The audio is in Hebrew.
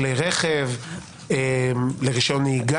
רבותיי,